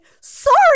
sorry